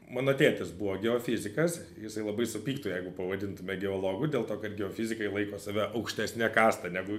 mano tėtis buvo geofizikas jisai labai supyktų jeigu pavadintume geologu dėl to kad geofizikai laiko save aukštesne kasta negu